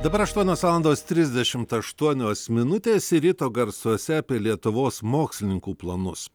dabar aštuonios valandos trisdešimt aštuonios minutės ir ryto garsuose apie lietuvos mokslininkų planus